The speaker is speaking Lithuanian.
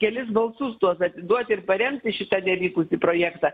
kelis balsus tuos atduoti ir paremti šitą nevykusį projektą